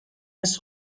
نیست